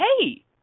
hey